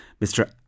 Mr